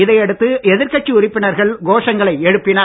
இதை அடுத்து எதிர் கட்சி உறுப்பினர்கள் கோஷங்களை எழுப்பினர்